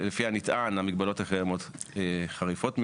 לפי הנטען, המגבלות הקיימות חריפות מידי.